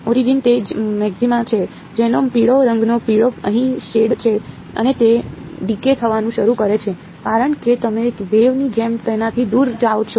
origin તે જ maxima છે જેનો પીળો રંગનો પીળો અહીં શેડ છે અને તે ડિકે થવાનું શરૂ કરે છે કારણ કે તમે વેવ ની જેમ તેનાથી દૂર જાઓ છો